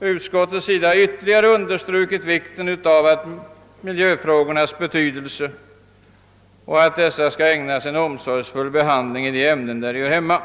Utskottet har ytterligare understrukit vikten av att miljöfrågornas betydelse ägnas en omsorgsfull behandling i de ämnen där de hör hemma.